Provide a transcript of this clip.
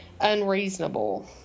unreasonable